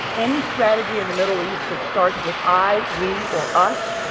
any strategy in the middle east that starts with i, we, or us,